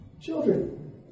Children